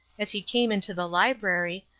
as he came into the library,